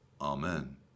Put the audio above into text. Amen